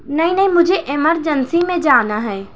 نہیں نہیں مجھے ایمرجنسی میں جانا ہے